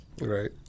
right